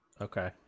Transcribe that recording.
okay